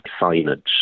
signage